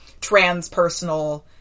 transpersonal